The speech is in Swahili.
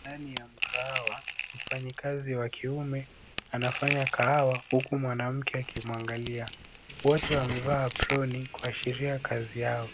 Ndani ya mkahawa, mfanyikazi wa kiume anafanya kahawa huku mwanamke akimwangalia. Wote wamevaa aproni kuashiria kazi kazi yao.